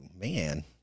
man